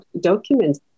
documents